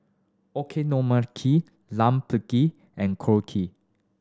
Okonomiyaki Lime Pickle and Korokke